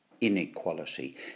Inequality